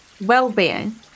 Well-being